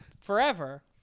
forever